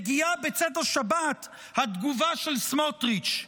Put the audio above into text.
מגיעה בצאת השבת התגובה של סמוטריץ'.